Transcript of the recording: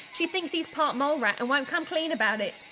she thinks she's part-molerat and won't come clean about it.